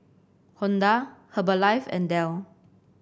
Honda Herbalife and Dell